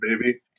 baby